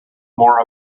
more